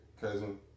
cousin